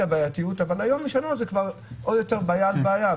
הבעייתיות אבל היום זה כבר בעיה על בעיה.